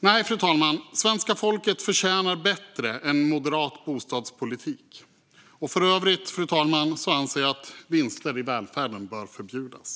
Nej, fru talman, svenska folket förtjänar bättre än moderat bostadspolitik. För övrigt anser jag att vinster i välfärden bör förbjudas.